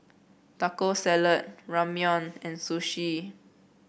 Taco Salad Ramyeon and Sushi